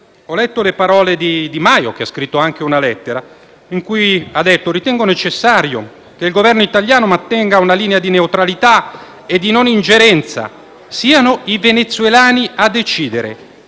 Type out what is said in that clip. Ho letto le parole di Di Maio, contenute in una lettera, con cui afferma di ritenere necessario che il Governo italiano mantenga una linea di neutralità e di non ingerenza e siano i venezuelani a decidere.